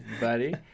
buddy